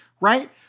right